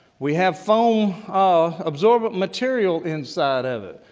we have foam ah absorbent material inside of it.